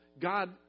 God